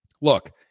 look